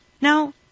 Now